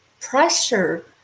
pressure